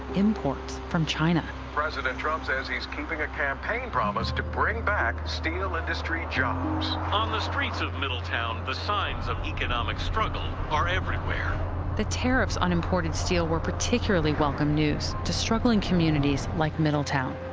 imports from china. president trump says he's keeping a campaign promise to bring back steel-industry jobs. on the streets of middletown, the signs of economic struggle are everywhere. sullivan the tariffs on imported steel were particularly welcome news to struggling communities like middletown,